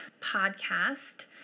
podcast